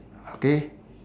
okay